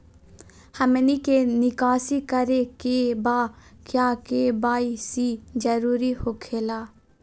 हमनी के निकासी करे के बा क्या के.वाई.सी जरूरी हो खेला?